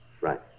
Right